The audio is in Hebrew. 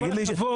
עם כל הכבוד,